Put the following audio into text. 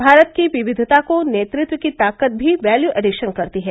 भारत की विविधता को नेतृत्व की ताकत भी वेल्यू एडिशन करती है